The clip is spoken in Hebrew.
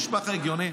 זה נשמע לך הגיוני?